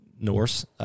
Norse